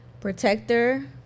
Protector